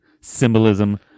symbolism